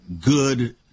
good